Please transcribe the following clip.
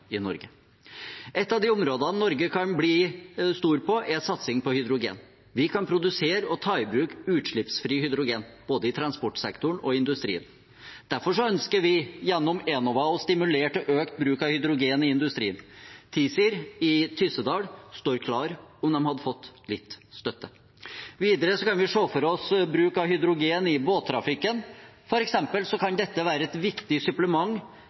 i Norge. Et av de områdene Norge kan bli store på, er satsing på hydrogen. Vi kan produsere og ta i bruk utslippsfri hydrogen, både i transportsektoren og i industrien. Derfor ønsker vi gjennom Enova å stimulere til økt bruk av hydrogen i industrien. TiZir i Tyssedal står klare, om de hadde fått litt støtte. Videre kan vi se for oss bruk av hydrogen i båttrafikken. Dette kan f.eks. være et viktig supplement